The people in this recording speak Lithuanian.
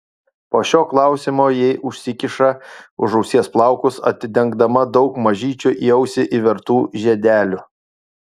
po šio klausimo ji užsikiša už ausies plaukus atidengdama daug mažyčių į ausį įvertų žiedelių